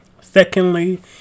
Secondly